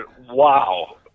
wow